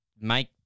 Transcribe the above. make